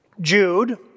Jude